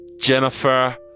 Jennifer